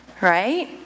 right